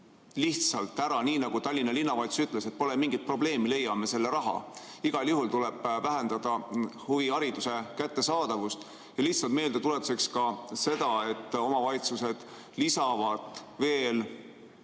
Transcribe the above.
lihtsalt ära katta, nii nagu Tallinna Linnavalitsus ütles, et pole mingit probleemi, leiame selle raha. Igal juhul tuleb vähendada huvihariduse kättesaadavust. Lihtsalt meeldetuletuseks ka seda, et omavalitsused lisavad veel